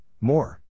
more